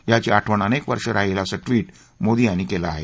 याची आठवण अनेक वर्ष राहील असं ट्विट मोदी यांनी केलं आहे